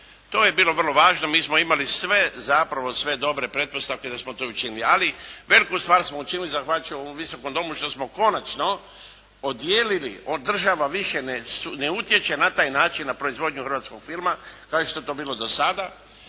To je bilo vrlo važno, mi smo imali sve, zapravo sve dobre pretpostavke da smo to učinili, ali veliku stvar smo učinili zahvaljujući ovom Visokom domu što smo konačno odijelili, država više ne utječe na taj način na proizvodnju hrvatskog filma kao što je to bilo do sada,